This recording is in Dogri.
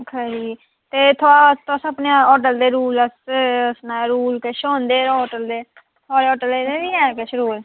खरी ते तुस अपने होटल दे रूल आस्तै सनाओ रूल किश होंदे न होटल दे थुआढ़े होटले दे नी हैन किश रूल